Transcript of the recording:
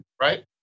right